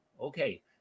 Okay